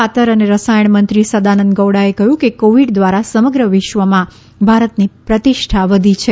ખાતર અને રસાયણ મંત્રી સદાનંદ ગૌડાએ કહ્યું કે કોવીડ દ્વારા સમગ્ર વિશ્વમાં ભારતની પ્રતિષ્ઠા વધી છે